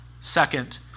Second